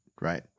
right